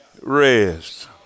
rest